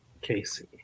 Casey